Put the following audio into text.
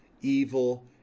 evil